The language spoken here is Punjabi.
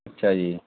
ਅੱਛਾ ਜੀ